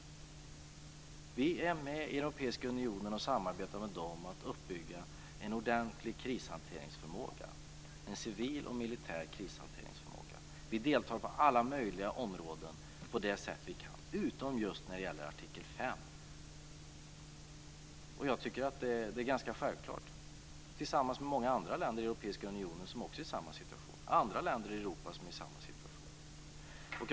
Vi är med i Europeiska unionen och samarbetar med den om att bygga upp en ordentlig krishanteringsförmåga, en civil och militär krishanteringsförmåga. Vi deltar på alla möjliga områden på de sätt vi kan utom just när det gäller artikel fem. Jag tycker att det är ganska självklart. Vi gör detta tillsammans med många andra länder i Europeiska unionen - och även andra europeiska länder - som är i samma situation.